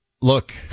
look